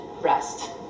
rest